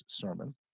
sermon